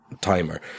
timer